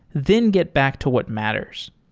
then get back to what matters.